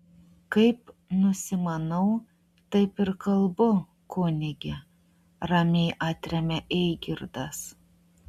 kaip nusimanau taip ir kalbu kunige ramiai atremia eigirdas